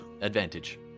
advantage